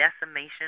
decimation